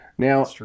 Now